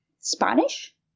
Spanish